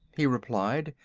he replied.